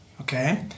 Okay